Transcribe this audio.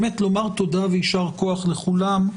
באמת לומר תודה ויישר כוח לכולם.